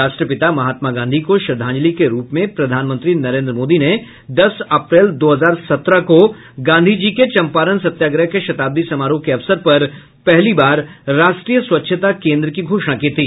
राष्ट्रपिता महात्मा गांधी को श्रद्धांजलि के रूप में प्रधानमंत्री नरेन्द्र मोदी ने दस अप्रैल दो हजार सत्रह को गांधी जी के चम्पारण सत्याग्रह के शताब्दी समारोह के अवसर पर पहली बार राष्ट्रीय स्वच्छता केन्द्र की घोषणा की थी